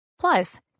Plus